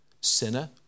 Sinner